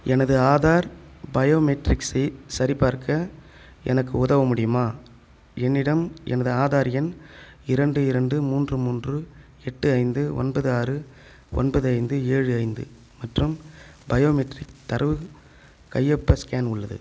எனது ஆதார் பயோமெட்ரிக்ஸை சரிபார்க்க எனக்கு உதவ முடியுமா என்னிடம் எனது ஆதார் எண் இரண்டு இரண்டு மூன்று மூன்று எட்டு ஐந்து ஒன்பது ஆறு ஒன்பது ஐந்து ஏழு ஐந்து மற்றும் பயோமெட்ரிக் தரவு கையொப்ப ஸ்கேன் உள்ளது